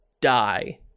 die